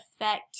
affect